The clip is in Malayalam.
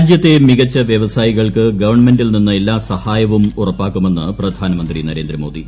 രാജ്യത്തെ മികച്ച വൃവസായികൾക്ക് ഗവൺമെന്റിൽ നിന്ന് എല്ലാ സഹായവും ഉറപ്പാക്കുമെന്ന് പ്രധാനമന്ത്രി നരേന്ദ്രമോദി